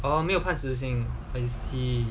oh 没有判死刑 ah